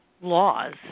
laws